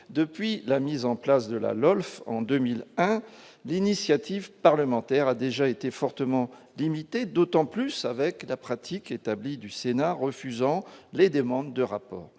depuis la mise en place de la LOLF en 2001 l'initiative parlementaire a déjà été fortement limité, d'autant plus avec la pratique établie du Sénat, refusant les demandes de rapports